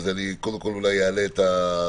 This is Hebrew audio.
אז קודם כול אולי אעלה את הראשון.